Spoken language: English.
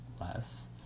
less